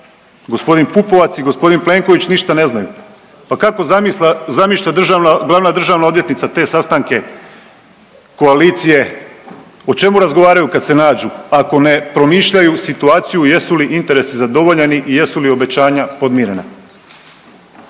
gospodin Pupovac i gospodin Plenković ništa ne znaju. Pa kako zamišlja glavna državna odvjetnica te sastanke koalicije? O čemu razgovaraju kada se nađu ako ne promišljaju situaciju jesu li interesi zadovoljeni, jesu li obećanja podmirena?